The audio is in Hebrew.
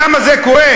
למה זה קורה?